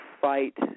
fight